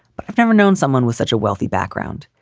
but i've never known someone with such a wealthy background,